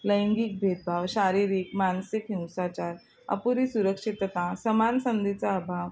लैंगिक भेदभाव शारीरिक मानसिक हिंसाचार अपुरी सुरक्षितता समान संधीचा अभाव